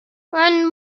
when